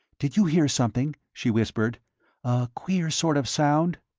did you hear something? she whispered, a queer sort of sound?